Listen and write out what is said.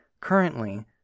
currently